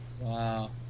Wow